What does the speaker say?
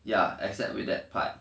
ya except with that part